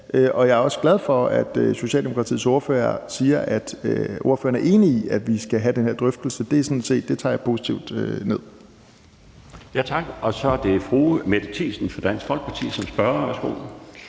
Og jeg er også glad for, at Socialdemokratiets ordfører siger, at ordføreren er enig i, at vi skal have den her drøftelse. Det tager jeg sådan set positivt ned. Kl. 13:11 Den fg. formand (Bjarne Laustsen): Så er det fru Mette Thiesen fra Dansk Folkeparti som spørger. Værsgo. Kl.